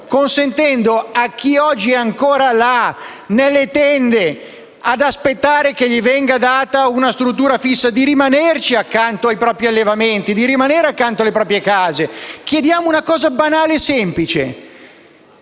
consentendo a chi oggi è ancora nelle tende in attesa che gli venga data una struttura fissa di rimanere accanto ai propri allevamenti e alle proprie case. Chiediamo una cosa banale, semplice: